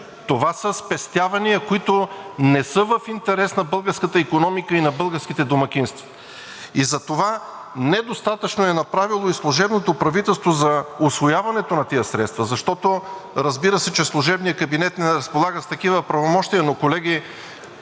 Това са спестявания, които не са в интерес на българската икономика и на българските домакинства. Затова недостатъчно е направило и служебното правителство за усвояването на тези средства. Разбира се, че служебният кабинет не разполага с такива правомощия, но, колеги,